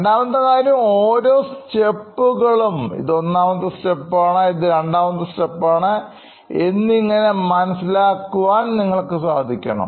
രണ്ടാമത്തെ കാര്യം ഓരോ സ്റ്റെപ്പുകളും ഇത് ഒന്നാമത്തെ സ്റ്റെപ്പ് ആണ് ഇത് രണ്ടാമത്തെ സ്റ്റെപ്പ് ആണ് എന്നിങ്ങനെ മനസ്സിലാക്കുവാൻ നിങ്ങൾക്ക് സാധിക്കണം